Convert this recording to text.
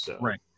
right